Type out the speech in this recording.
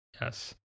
Yes